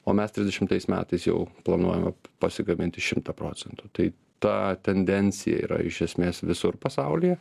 o mes trisdešimtais metais jau planuojame pasigaminti šimtą procentų tai ta tendencija yra iš esmės visur pasaulyje